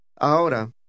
Ahora